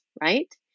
right